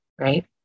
right